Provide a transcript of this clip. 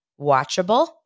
Watchable